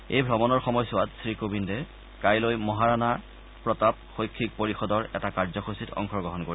এই ভ্ৰমণৰ সময়ছোৱাত শ্ৰীকোবিন্দে কাইলৈ মহাৰাণা প্ৰতাপ শৈক্ষিক পৰিষদৰ এটা কাৰ্যসূচীত অংশগ্ৰহণ কৰিব